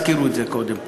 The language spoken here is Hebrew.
והזכירו את זה קודם פה,